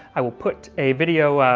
i will put a video,